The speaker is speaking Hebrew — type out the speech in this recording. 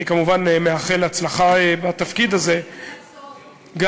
אני כמובן מאחל הצלחה בתפקיד הזה גם,